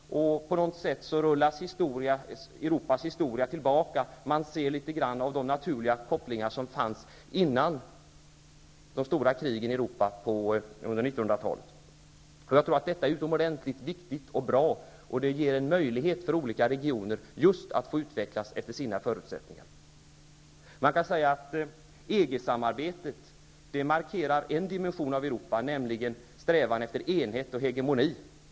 På något vis rullas Europas historia tillbaka. Man ser litet grand av de naturliga kopplingar som fanns före de stora krigen i Europa under 1900-talet. Detta är utomordenligt viktigt och bra, och det ger en möjlighet för olika regioner att få utvecklas efter just sina egna förutsättningar. Man kan säga att EG-samarbetet markerar en dimension av Europa, nämligen strävan efter enhet och hegemoni.